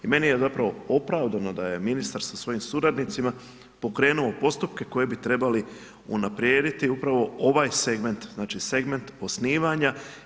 I meni je zapravo opravdano da je ministar sa svojim suradnicima pokrenuo postupke koji bi trebali unaprijediti upravo ovaj segment, znači segment osnivanja.